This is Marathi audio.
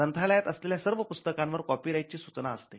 ग्रंथालयात असलेल्या सर्व पुस्तकांनावर कॉपीराइट ची सूचना असते